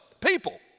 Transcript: people